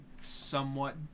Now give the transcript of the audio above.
somewhat